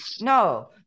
No